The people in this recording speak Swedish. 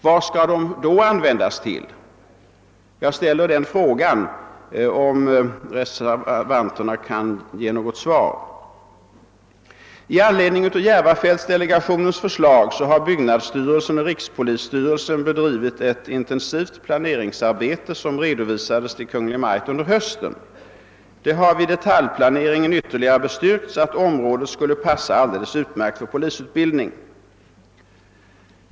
Jag vill då fråga reservanterna: Vad skall kasernerna användas till? I anledning av järvafältsdelegationens förslag har byggnadsstyrelsen och rikspolisstyrelsen bedrivit ett intensivt planeringsarbete som <redovisades = till Kungl. Maj:t under hösten. Det har vid detaljplaneringen ytterligare bestyrkts att området skulle passa alldeles utmärkt för polisutbildning.